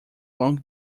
long